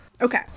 Okay